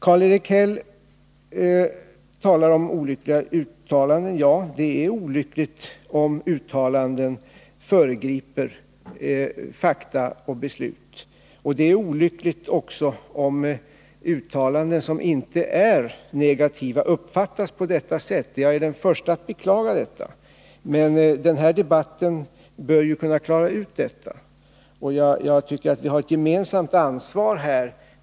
Karl-Erik Häll åberopar olika uttalanden. Ja, det är olyckligt om uttalanden föregriper faktiska beslut, och det är olyckligt också om uttalanden som inte är negativa uppfattas på det sättet. Jag är den förste att beklaga om så sker, men den här debatten bör ju kunna klara ut saken. Jag tycker att vi har ett gemensamt ansvar här.